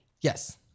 Yes